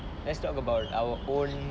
let's talk about our own